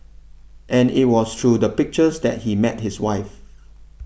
and it was through the pictures that he met his wife